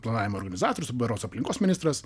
planavimo organizatorius berods aplinkos ministras